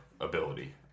ability